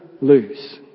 lose